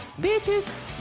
bitches